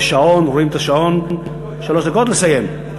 יש שעון, רואים את השעון, שלוש דקות, לסיים.